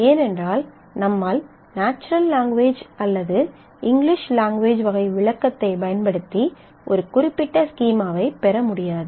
ஏனென்றால் நம்மால் natural language அல்லது இங்கிலிஷ் லாங்குவேஜ் வகை விளக்கத்தைப் பயன்படுத்தி ஒரு குறிப்பிட்ட ஸ்கீமாவைப் பெற முடியாது